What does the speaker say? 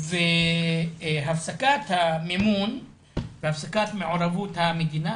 הפסקת המימון והפסקת מעורבות המדינה,